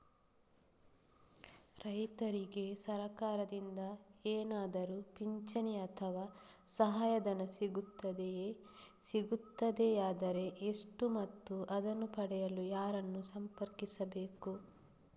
ರೈತರಿಗೆ ಸರಕಾರದಿಂದ ಏನಾದರೂ ಪಿಂಚಣಿ ಅಥವಾ ಸಹಾಯಧನ ಸಿಗುತ್ತದೆಯೇ, ಸಿಗುತ್ತದೆಯಾದರೆ ಎಷ್ಟು ಮತ್ತು ಅದನ್ನು ಪಡೆಯಲು ಯಾರನ್ನು ಸಂಪರ್ಕಿಸಬೇಕು?